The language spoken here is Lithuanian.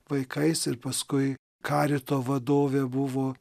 vaikais ir paskui karito vadovė buvo